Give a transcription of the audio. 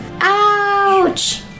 ouch